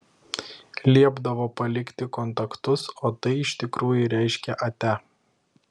liepdavo palikti kontaktus o tai iš tikrųjų reiškė atia